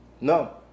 No